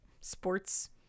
sports